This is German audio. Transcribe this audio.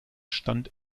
stand